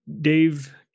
Dave